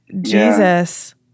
Jesus